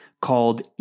called